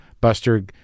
Buster